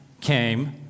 came